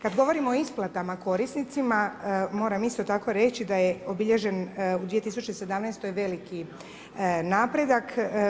Kada govorimo o isplatama korisnicima moram isto tako reći da je obilježen u 2017. veliki napredak.